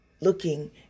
looking